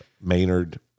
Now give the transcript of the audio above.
Maynard